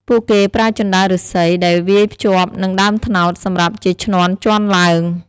ពួកគេប្រើជណ្ដើរឫស្សី ដែលវាយភ្ជាប់នឹងដើមត្នោត សម្រាប់ជាឈ្នាន់ជាន់ឡើង។